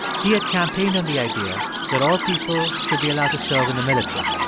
he had campaigned on the idea that all people should be allowed to serve in the military,